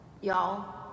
Y'all